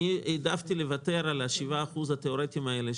אני העדפתי לוותר על ה-7% התיאורטיים האלה,